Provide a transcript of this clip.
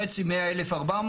חצי מ-1,400?